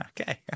Okay